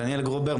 דניאל גרובר,